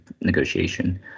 negotiation